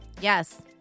Yes